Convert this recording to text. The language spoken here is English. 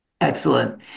Excellent